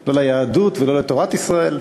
לא ליהדות ולא לתורת ישראל.